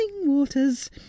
waters